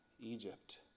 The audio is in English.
Egypt